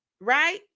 right